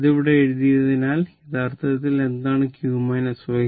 അത് അവിടെ എഴുതിയതിനാൽ യഥാർത്ഥത്തിൽ എന്താണ് q y